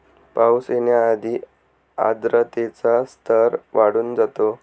पाऊस येण्याआधी आर्द्रतेचा स्तर वाढून जातो